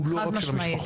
הוא לא רק של המשפחות.